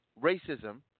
racism